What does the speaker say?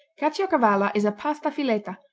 caciocavallo is a pasta fileta,